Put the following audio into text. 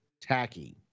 tacky